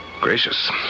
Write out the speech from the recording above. Gracious